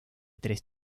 tres